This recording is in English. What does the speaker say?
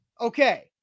okay